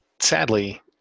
sadly